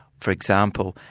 for example,